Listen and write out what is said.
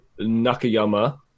Nakayama